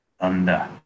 Thunder